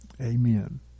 Amen